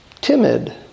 timid